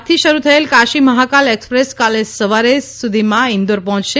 આજથી શરૂ થયેલ કાશી મહાકાલ એક્સપ્રેસ કાલે સવાર સુધીમાં ઈન્દોર પહોંચશે